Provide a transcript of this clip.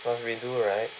must redo right